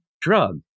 drug